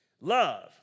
Love